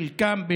חלקם,